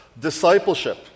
discipleship